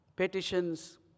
petitions